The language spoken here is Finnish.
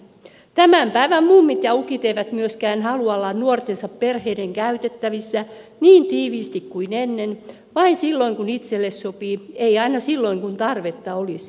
tämän päivän mummit ja ukit eivät myöskään halua olla nuortensa perheiden käytettävissä niin tiiviisti kuin ennen vaan vain silloin kun itselle sopii ei aina silloin kun tarvetta olisi